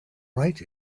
right